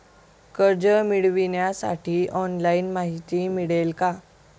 कर्ज मिळविण्यासाठी ऑनलाइन माहिती मिळेल का?